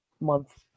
month